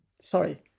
Sorry